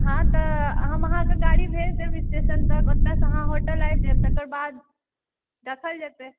हाँ तऽ हम अहाँकेँ गाड़ी भेज देब स्टेशन पर ओतऽसे अहाॅं होटल आबि जायब तकर बाद देखल जतै